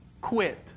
quit